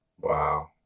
Wow